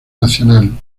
nacional